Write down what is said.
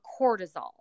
cortisol